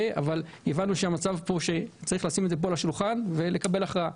אבל הבנו שצריך לשים את זה כאן על השולחן ולקבל הכרעה.